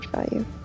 value